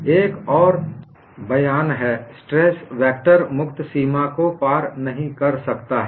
और एक और बयान है स्ट्रेस वेक्टर मुक्त सीमा को पार नहीं कर सकता है